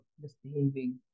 misbehaving